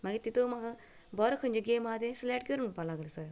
मागीर तितूंत म्हाका बरी खंयची गॅम आहा ती सिलेक्ट कर म्हणपाक लागलो सर